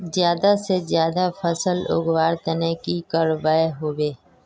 ज्यादा से ज्यादा फसल उगवार तने की की करबय होबे?